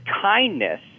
kindness